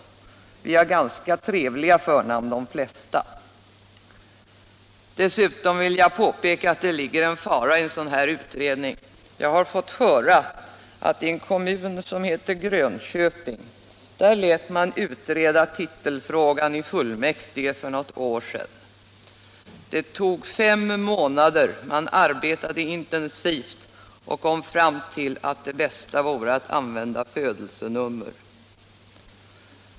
De flesta av oss har ganska trevliga förnamn. Dessutom vill jag påpeka att det ligger en fara i en sådan här utredning. Jag har fått höra att i en kommun som heter Grönköping lät man utreda titelfrågan i fullmäktige för något år sedan. Det tog fem månader, man arbetade intensivt och kom fram till att det bästa vore att använda födelsenummer.